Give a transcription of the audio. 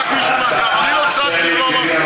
צעק, צעק מישהו, אני לא צעקתי, ולא אמרתי,